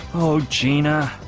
oh, gina